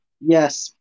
Yes